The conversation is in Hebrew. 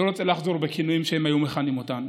ואני לא רוצה לחזור על כינויים שהם היו מכנים אותנו,